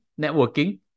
networking